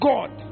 God